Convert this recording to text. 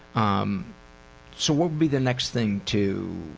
um so what would be the next thing to